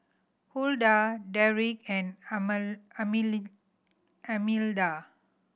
Hulda Derrick and Almeda